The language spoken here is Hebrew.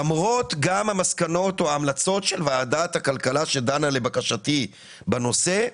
למרות המסקנות או ההמלצות של ועדת הכלכלה שדנה לבקשתי בנושא,